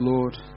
Lord